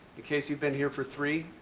case you've been here for three,